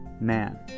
man